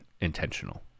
intentional